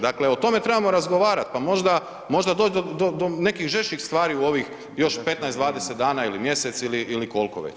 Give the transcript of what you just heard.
Dakle o tome trebamo razgovarat pa možda doć do nekih žešćih stvari u ovih još 15, 20 dana ili mjesec ili kolko već.